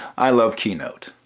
i love keynote,